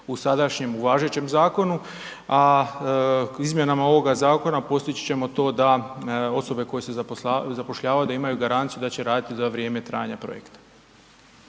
u sadašnjem važećem zakonu. A izmjenama ovoga zakona postići ćemo to da osobe koje se zapošljavaju da imaju garanciju da će raditi za vrijeme trajanja projekta.